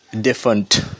different